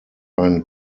einen